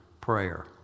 prayer